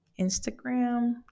Instagram